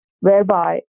whereby